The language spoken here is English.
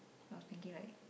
I was thinking like